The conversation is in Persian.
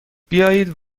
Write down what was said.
بیایید